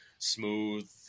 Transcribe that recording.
smooth